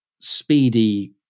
speedy